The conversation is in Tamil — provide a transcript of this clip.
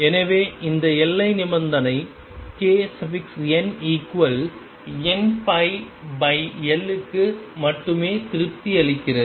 எனவே இந்த எல்லை நிபந்தனை knnπL க்கு மட்டுமே திருப்தி அளிக்கிறது